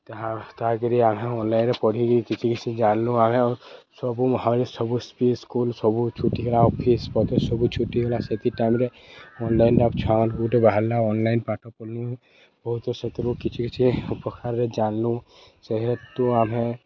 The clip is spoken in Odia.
ତାହା ତାକିରି ଆମେ ଅନ୍ଲାଇନ୍ରେ ପଢ଼ିକି କିଛି କିଛି ଜାଣ୍ଲୁ ଆମେ ସବୁ ମହାମାରୀରେ ସବୁ ଅଫିସ୍ ସ୍କୁଲ୍ ସବୁ ଛୁଟି ହେଲା ଅଫିସ୍ ପତର୍ ସବୁ ଛୁଟି ହେଲା ସେଥି ଟାଇମ୍ରେ ଅନ୍ଲାଇନ୍ରେ ଛୁଆମାନ୍କୁ ଗୁଟେ ବାହାରିଲା ଅନ୍ଲାଇନ୍ ପାଠ ପଢ଼୍ଲୁ ବହୁତ୍ ସେଥିରୁ କିଛି କିଛି ଉପକାରରେ ଜାନ୍ଲୁ ସେହେତୁ ଆମେ